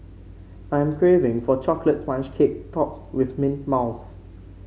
I am craving for a chocolate sponge cake topped with mint mousse